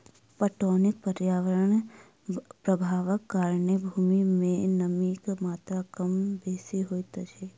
पटौनीक पर्यावरणीय प्रभावक कारणेँ भूमि मे नमीक मात्रा कम बेसी होइत अछि